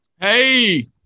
Hey